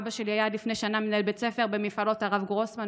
אבא שלי היה עד לפני שנה מנהל בית ספר במפעלות הרב גרוסמן,